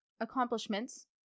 accomplishments